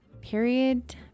period